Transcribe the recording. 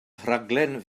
rhaglen